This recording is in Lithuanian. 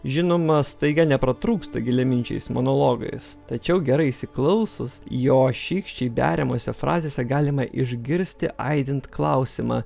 žinoma staiga nepratrūksta giliaminčiais monologais tačiau gerai įsiklausius jo šykščiai beriamose frazėse galima išgirsti aidint klausimą